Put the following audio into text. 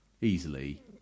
Easily